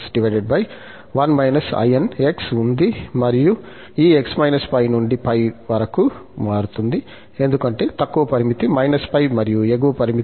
మరియు ఈ x − π నుండి π వరకు మారుతుంది ఎందుకంటే తక్కువ పరిమితి −π మరియు ఎగువ పరిమితి π